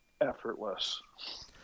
effortless